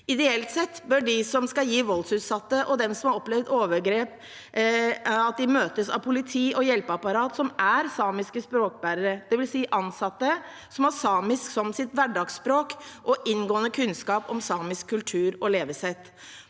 forebygging og bekjempelse av vold mot og drap av kvinner overgrep, møtes av politi og hjelpeapparat som er samiske språkbærere, det vil si ansatte som har samisk som sitt hverdagsspråk og inngående kunnskap om samisk kultur og levesett.